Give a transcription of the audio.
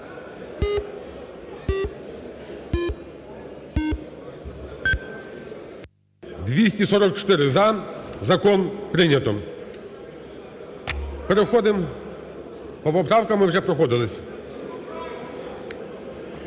За-244 Закон прийнято. Переходимо, по поправкам ми вже проходилися.